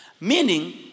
Meaning